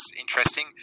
interesting